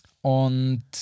und